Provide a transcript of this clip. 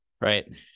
right